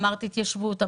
אמרת התיישבות,